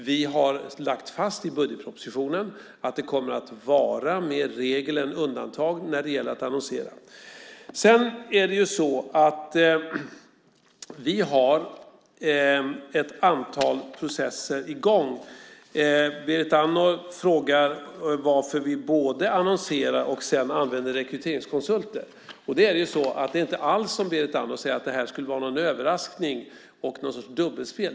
Vi har lagt fast i budgetpropositionen att det kommer att vara mer regel än undantag när det gäller att annonsera. Vi har ett antal processer i gång. Berit Andnor frågar varför vi både annonserar och använder rekryteringskonsulter. Det är inte alls som Berit Andnor säger, att det här skulle vara någon överraskning och någon sorts dubbelspel.